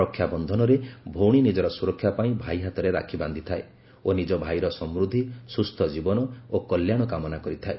ରକ୍ଷାବନ୍ଧନରେ ଭଉଣୀ ନିଜର ସୁରକ୍ଷା ପାଇଁ ଭାଇ ହାତରେ ରାକ୍ଷୀ ବାନ୍ଧିଥାଏ ଓ ନିକ ଭାଇର ସମୃଦ୍ଧି ସୁସ୍ଥ ଜୀବନ ଓ କଲ୍ୟାଣ କାମନା କରିଥାଏ